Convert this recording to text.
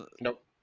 Nope